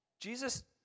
Jesus